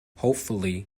hopefully